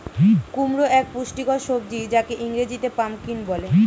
কুমড়ো এক পুষ্টিকর সবজি যাকে ইংরেজিতে পাম্পকিন বলে